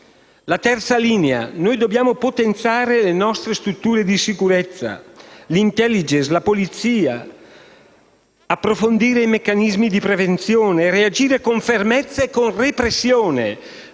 da perseguire, noi dobbiamo potenziare le nostre strutture di sicurezza, l'*intelligence*, la polizia, rafforzare i meccanismi di prevenzione, reagire con fermezza e repressione